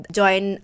join